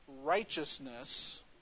righteousness